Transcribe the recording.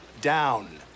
down